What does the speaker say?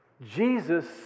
Jesus